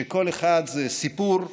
וכל אחד זה סיפור.